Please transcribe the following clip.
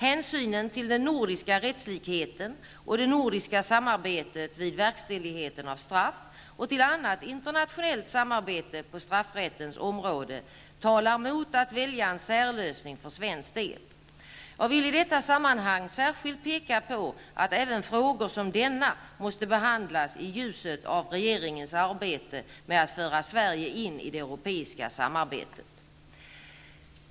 Hänsynen till den nordiska rättslikheten och det nordiska samarbetet vid verkställighet av straff och till annat internationellt samarbete på straffrättens område talar mot att välja en särlösning för svensk del. Jag vill i detta sammanhang särskilt peka på att även frågor som denna måste behandlas i ljuset av regeringens arbete med att föra Sverige in i det europeiska samarbetet.